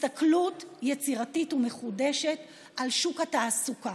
הסתכלות יצירתית ומחודשת על שוק התעסוקה.